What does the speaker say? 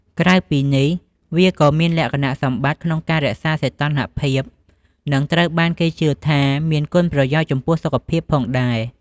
ក្រៅពីនេះ វាក៏មានលក្ខណៈសម្បត្តិក្នុងការរក្សាសីតុណ្ហភាព និងត្រូវបានគេជឿថាមានគុណប្រយោជន៍ចំពោះសុខភាពផងដែរ។